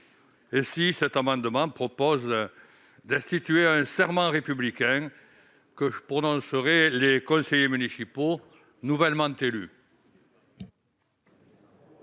Ainsi, cet amendement tend à instituer un serment républicain que prononceraient les conseillers municipaux nouvellement élus.